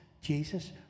Jesus